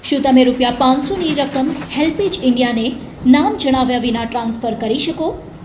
શું તમે રૂપિયા પાંચસોની રકમ હેલ્પેજ ઇન્ડિયાને નામ જણાવ્યા વિના ટ્રાન્સફર કરી શકો